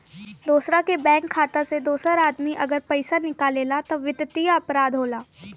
दोसरा के बैंक खाता से दोसर आदमी अगर पइसा निकालेला त वित्तीय अपराध होला